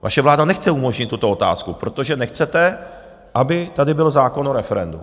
Vaše vláda nechce umožnit tuto otázku, protože nechcete, aby tady byl zákon o referendu.